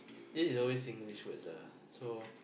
this is always Singlish words ah so